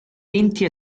venti